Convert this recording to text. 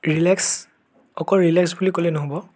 relax অকল relax বুলি ক'লেই নহ'ব